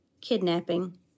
kidnapping